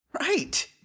Right